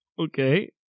Okay